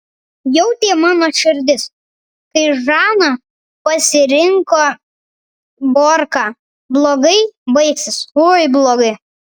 jautė mano širdis kai žana pasirinko borką blogai baigsis oi blogai